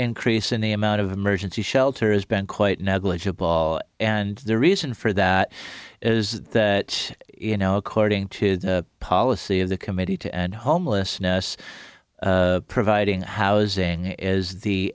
increase in the amount of emergency shelter has been quite negligible and the reason for that is that you know according to the policy of the committee to end homelessness providing housing is the